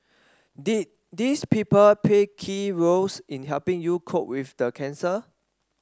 did these people play key roles in helping you cope with the cancer